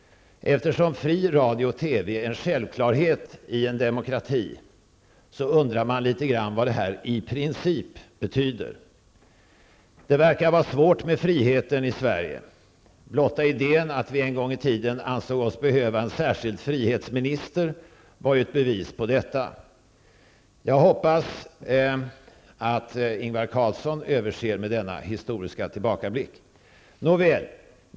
Eftersom fri radio och TV är en självklarhet i en demokrati, undrar man litet vad detta ''i princip'' betyder. Det verkar vara svårt med friheten i Sverige. Blotta idén att vi en gång i tiden ansåg oss behöva en särskild frihetsminister är ju ett bevis på detta. Jag hoppas att Ingvar Carlsson överser med denna historiska tillbakablick.